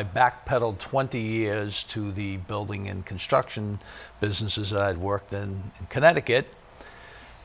i back pedaled twenty years to the building and construction businesses worked in connecticut